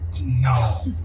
no